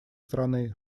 страны